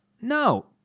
No